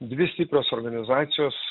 dvi stiprios organizacijos